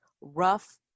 rough